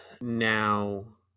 now